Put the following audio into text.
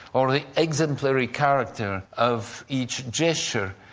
or the exemplary character of each gesture.